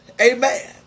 Amen